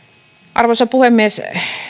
arvoisa puhemies